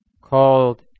called